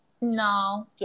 No